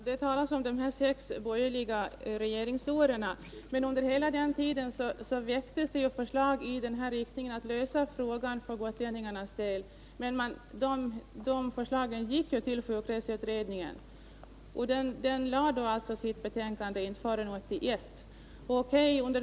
Herr talman! Det talas om de sex borgerliga regeringsåren. Under hela den tiden väcktes förslag i riktning mot en lösning av frågan för gotlänningarnas del. Men de förslagen gick till sjukreseutredningen, som lade fram sitt betänkande på sommaren 1981.